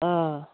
অঁ